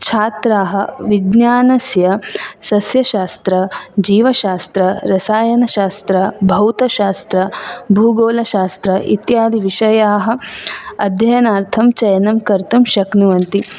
छात्राः विज्ञानस्य सस्यशास्त्रं जीवशास्त्रं रसायनशास्त्रं भौतशास्त्रं भूगोलशास्त्रं इत्यादि विषयाः अध्ययनार्थं चयनं कर्तुं शक्नुवन्ति